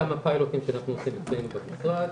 כמה פיילוטים שאנחנו עושים אצלנו במשרד.